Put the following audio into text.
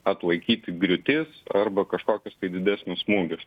atlaikyti griūtis arba kažkokius tai didesnius smūgius